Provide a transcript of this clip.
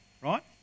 right